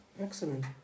Excellent